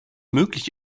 möglich